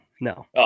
no